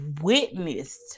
witnessed